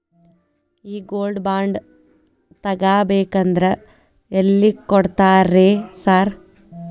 ಈ gold bond ತಗಾಬೇಕಂದ್ರ ಎಲ್ಲಿ ಕೊಡ್ತಾರ ರೇ ಸಾರ್?